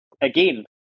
again